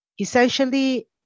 essentially